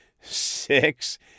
Six